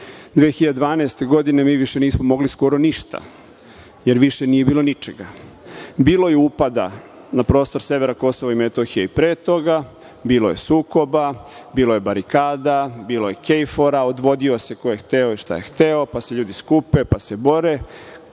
2012. mi više nismo mogli skoro ništa, jer više nije bilo ničega. Bilo je upada na prostor severa KiM i pre toga, bilo je sukoba, bilo je barikada, bilo je KFOR-a, odvodio se ko je hteo i šta je hteo, pa se ljudi skupe, pa se bore,